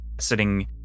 sitting